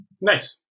nice